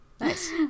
Nice